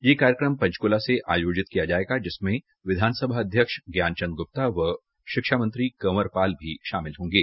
ये कार्यक्रम पंचकूला से आयोजित किया जायेगा जिसमें विधानसभा अध्यक्ष ज्ञान चंद गुप्ता व शिक्षा मंत्री कंवर पाल भी शामिल होंगें